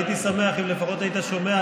הייתי שמח אם לפחות היית שומע,